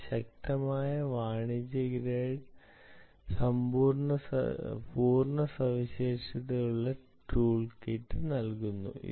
ഇത് ശക്തമായ വാണിജ്യ ഗ്രേഡ് പൂർണ്ണ സവിശേഷതയുള്ള ടൂൾകിറ്റ് നൽകുന്നു